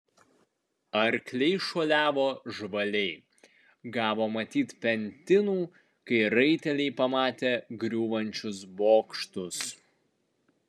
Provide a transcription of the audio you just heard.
arkliai šuoliavo žvaliai gavo matyt pentinų kai raiteliai pamatė griūvančius bokštus